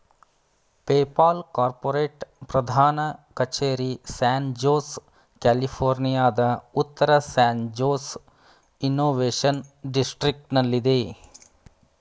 PayPal corporate ಪ್ರಧಾನ ಕಚೇರಿ San Jose, ಕ್ಯಾಲಿಫೋರ್ನಿಯಾದ ಉತ್ತರ ಸ್ಯಾನ್ ಜೋಸ್ ಇನ್ನೋವೇಶನ್ ಡಿಸ್ಟ್ರಿಕ್ಟನಲ್ಲಿದೆ